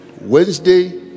Wednesday